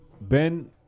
Ben